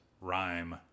rhyme